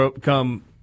come